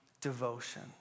devotion